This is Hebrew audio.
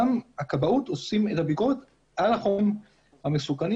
הכבאות עושה את הביקורת על החומרים המסוכנים.